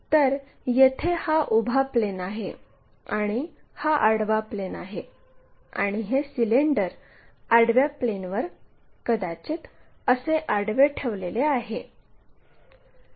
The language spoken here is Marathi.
तर येथे हा उभा प्लेन आहे आणि हा आडवा प्लेन आहे आणि हे सिलेंडर आडव्या प्लेनवर कदाचित असे आडवे ठेवलेले आहे